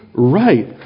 Right